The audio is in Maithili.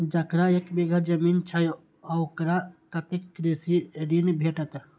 जकरा एक बिघा जमीन छै औकरा कतेक कृषि ऋण भेटत?